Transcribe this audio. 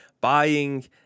buying